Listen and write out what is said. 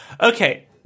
Okay